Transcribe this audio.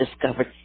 discovered